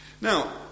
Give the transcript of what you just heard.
Now